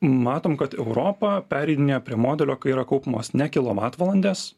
matom kad europa pereidinėja prie modelio kai yra kaupiamos ne kilovatvalandės